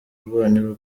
rwanyu